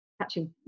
catching